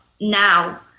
now